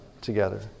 together